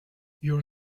your